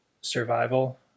survival